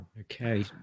Okay